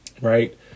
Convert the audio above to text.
Right